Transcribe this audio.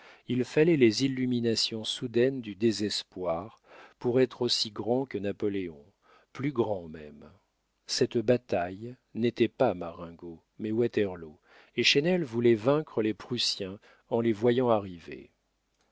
il fallait les illuminations soudaines du désespoir pour être aussi grand que napoléon plus grand même cette bataille n'était pas marengo mais waterloo et chesnel voulait vaincre les prussiens en les voyant arrivés